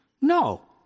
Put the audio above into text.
No